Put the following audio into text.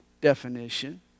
definition